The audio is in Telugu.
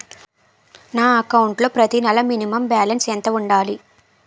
నా అకౌంట్ లో ప్రతి నెల మినిమం బాలన్స్ ఎంత ఉండాలి?